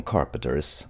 Carpenter's